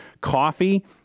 Coffee